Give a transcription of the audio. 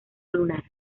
lunar